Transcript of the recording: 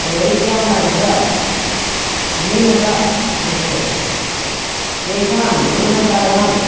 वैद्यानां च न्यूनता दृश्यते तेषां न्यूनतायां